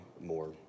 more